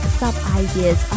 sub-ideas